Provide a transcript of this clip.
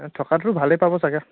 থকাটো ভালেই পাব চাগে